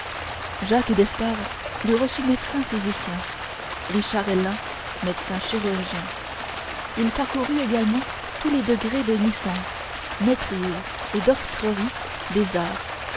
jacques d'espars l'eût reçu médecin physicien richard hellain médecin chirurgien il parcourut également tous les degrés de licence maîtrise et doctorerie des arts